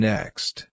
Next